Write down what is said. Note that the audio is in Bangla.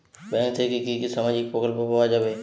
ব্যাঙ্ক থেকে কি কি সামাজিক প্রকল্প পাওয়া যাবে?